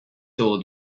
told